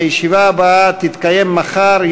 הישיבה הבאה תתקיים מחר,